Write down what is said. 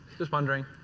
just wondering.